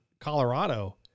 Colorado